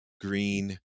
green